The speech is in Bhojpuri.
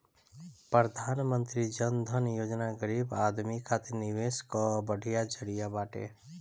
प्रधानमंत्री जन धन योजना गरीब आदमी खातिर निवेश कअ बढ़िया जरिया बाटे